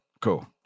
Cool